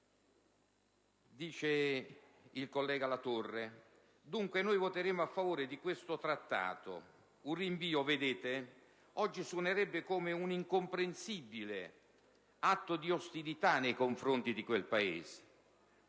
Dice il collega Latorre: «Dunque noi voteremo a favore di questo Trattato. Un rinvio - vedete - oggi suonerebbe come un incomprensibile atto di ostilità nei confronti di quel Paese.